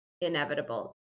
inevitable